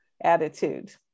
attitude